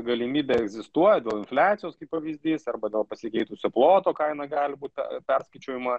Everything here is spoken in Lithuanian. galimybė egzistuoja dėl infliacijos kaip pavyzdys arba dėl pasikeitusio ploto kaina gali būt pe perskaičiuojama